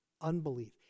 unbelief